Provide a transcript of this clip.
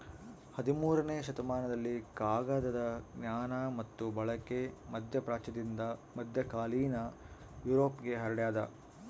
ಹದಿಮೂರನೇ ಶತಮಾನದಲ್ಲಿ ಕಾಗದದ ಜ್ಞಾನ ಮತ್ತು ಬಳಕೆ ಮಧ್ಯಪ್ರಾಚ್ಯದಿಂದ ಮಧ್ಯಕಾಲೀನ ಯುರೋಪ್ಗೆ ಹರಡ್ಯಾದ